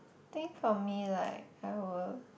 I think for me like I will